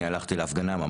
אני הלכתי להפגנה,